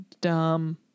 dumb